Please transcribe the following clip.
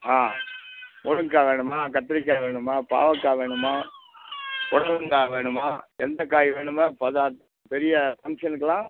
ஆ முருங்கக்காய் வேணுமா கத்திரிக்காய் வேணுமா பாவக்காய் வேணுமா பொடலங்காய் வேணுமா எந்த காய் வேணுமோ பெரிய ஃபங்க்ஷனுக்கெலாம்